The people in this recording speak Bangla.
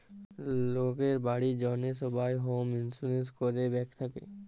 লকের বাড়ির জ্যনহে সবাই হম ইলসুরেলস ক্যরে ব্যাংক থ্যাকে